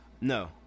No